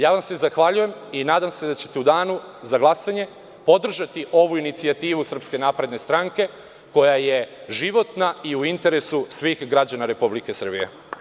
Ja vam se zahvaljujem i nadam se da ćete u Danu za glasanje podržati ovu inicijativu SNS koja je životna i u interesu svih građana Republike Srbije.